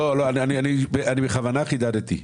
אני בכוונה חידדתי.